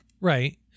right